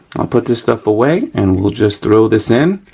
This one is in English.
i'll put this stuff away and we'll just throw this in.